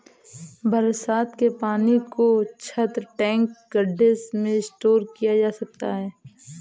बरसात के पानी को छत, टैंक, गढ्ढे में स्टोर किया जा सकता है